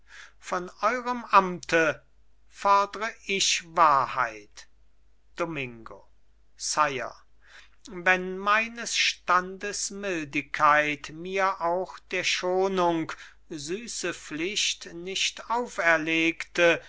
von eurem amte fodr ich wahrheit domingo sire wenn meines standes mildigkeit mir auch der schonung süße pflicht nicht auferlegte